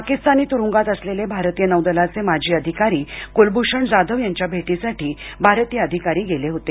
पाकीस्तानी तुरूंगात असलेले भारतीय नौदलाचे माजी अधिकारी कुलभूषण जाधव यांच्या भेटीसाठी भारतिय अधिकारी गेले होते